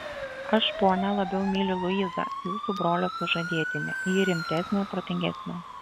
aš ponia labiau myliu luizą jūsų brolio sužadėtinę ji rimtesnė protingesnė